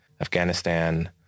Afghanistan